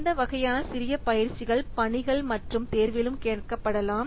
இந்த வகையான சிறிய பயிற்சிகள் பணிகள் மற்றும் தேர்விலும் கேட்கப்படலாம்